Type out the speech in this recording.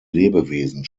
lebewesen